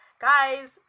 guys